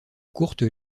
courte